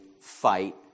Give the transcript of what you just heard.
fight